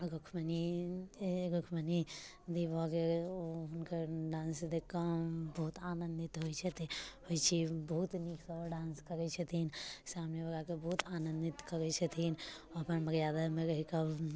रुक्मिणी रुक्मिणीदी भऽ गेल ओ हुनकर डान्स देखिकऽ हम बहुत आनन्दित होइ छथिन होइ छिए बहुत नीकसँ ओ डान्स करै छथिन सामनेवलाके बहुत आनन्दित करै छथिन अपन मर्यादामे रहिकऽ